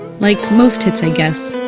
like most hits i guess,